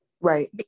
Right